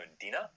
dinner